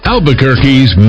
Albuquerque's